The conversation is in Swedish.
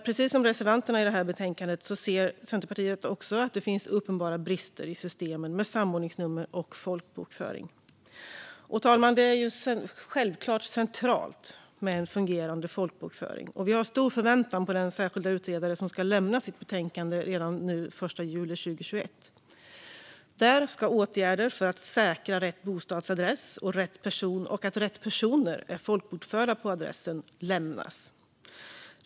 Precis som reservanterna i betänkandet ser Centerpartiet att det finns uppenbara brister i systemen med samordningsnummer och folkbokföring. Fru talman! Det är självklart centralt med en fungerande folkbokföring. Och vi har stor förväntan på den särskilda utredare som ska lämna sitt betänkande redan den 1 juli 2021. Där ska förslag på åtgärder för att säkra rätt bostadsadress och att rätt personer är folkbokförda på adressen lämnas.